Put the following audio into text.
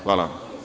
Hvala.